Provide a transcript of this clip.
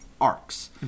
arcs